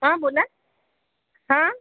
हां बोला हां